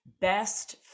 best